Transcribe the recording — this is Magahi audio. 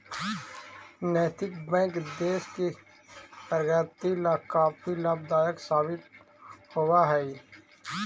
नैतिक बैंक देश की प्रगति ला काफी लाभदायक साबित होवअ हई